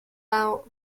out